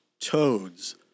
toads